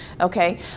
okay